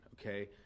okay